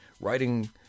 writing